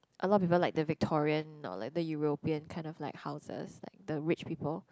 a lot of people like the Victorian either Europian kind of like houses the rich people